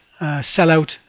sellout